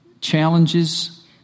challenges